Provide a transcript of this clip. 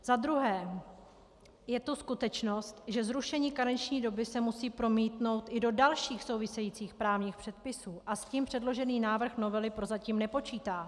Za druhé je to skutečnost, že zrušení karenční doby se musí promítnout i do dalších souvisejících právních předpisů, a s tím předložený návrh novely prozatím nepočítá.